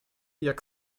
jak